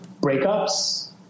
breakups